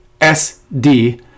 SD